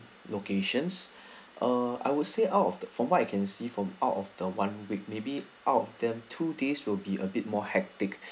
locations err I would say out of the from what I can see from out of the one week maybe out of them two days will be a bit more hectic